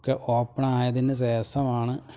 ഒക്കെ ഓപ്പണായതിനു ഷേഷമാണ്